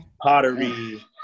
pottery